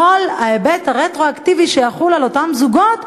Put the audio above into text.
כל ההיבט הרטרואקטיבי שיחול על אותם זוגות,